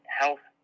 health